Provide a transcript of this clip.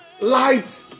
light